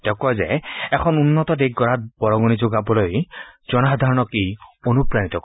তেওঁ কয় যে এখন উন্নত দেশ গঢ়াত বৰঙণি আগবঢ়াবলৈ জনসাধাৰণক ই অনুপ্ৰাণিত কৰিব